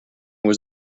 was